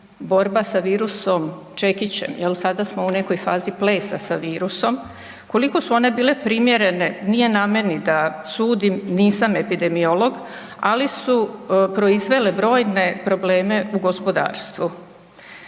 borba sa virusom čekiće, jel sada smo u nekoj fazi plesa sa virusom, koliko su one bile primjerene nije na meni da sudim, nisam epidemiolog, ali su proizvele brojne probleme u gospodarstvu.